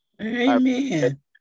amen